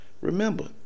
remember